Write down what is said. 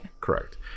correct